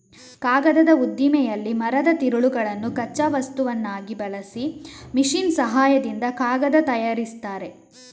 ಕಾಗದದ ಉದ್ದಿಮೆಯಲ್ಲಿ ಮರದ ತಿರುಳನ್ನು ಕಚ್ಚಾ ವಸ್ತುವನ್ನಾಗಿ ಬಳಸಿ ಮೆಷಿನ್ ಸಹಾಯದಿಂದ ಕಾಗದ ತಯಾರಿಸ್ತಾರೆ